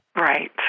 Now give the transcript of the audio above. Right